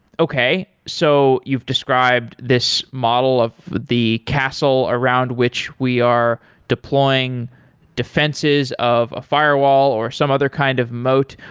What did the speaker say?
okay. so you've described this model of the castle around which we are deploying defenses of a firewall or some other kind of moat.